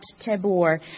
Tabor